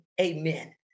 amen